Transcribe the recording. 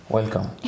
Welcome